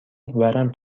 ورم